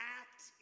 act